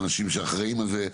מהאנשים שאחראים על זה,